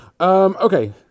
Okay